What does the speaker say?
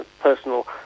personal